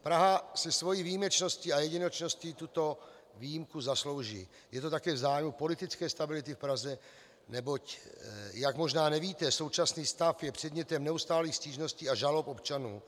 Praha si svou výjimečností a jedinečností tuto výjimku zaslouží, je to také v zájmu politické stability v Praze, neboť, jak možná nevíte, současný stav je předmětem neustálých stížností a žalob občanů.